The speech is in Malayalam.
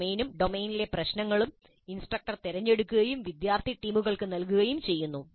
ഡൊമെയ്നും ഡൊമെയ്നിലെ പ്രശ്നങ്ങളും ഇൻസ്ട്രക്ടർ തിരഞ്ഞെടുക്കുകയും വിദ്യാർത്ഥി ടീമുകൾക്ക് നൽകുകയും ചെയ്യുന്നു